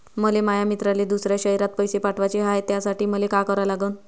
मले माया मित्राले दुसऱ्या शयरात पैसे पाठवाचे हाय, त्यासाठी मले का करा लागन?